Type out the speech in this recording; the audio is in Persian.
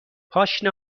پاشنه